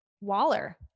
Waller